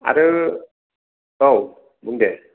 आरो औ बुं दे